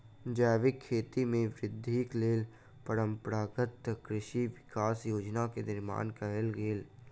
जैविक खेती में वृद्धिक लेल परंपरागत कृषि विकास योजना के निर्माण कयल गेल